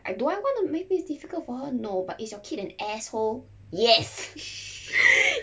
I do I want to make this difficult for her no but it's your kid an asshole yes